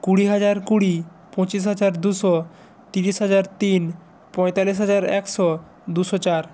কুড়ি হাজার কুড়ি পঁচিশ হাজার দুশো তিরিশ হাজার তিন পঁয়তাল্লিশ হাজার একশো দুশো চার